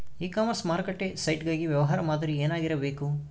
E commerce ಮಾರುಕಟ್ಟೆ site ಗಾಗಿ ವ್ಯವಹಾರ ಮಾದರಿ ಏನಾಗಿರಬೇಕು?